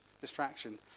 distraction